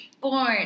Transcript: born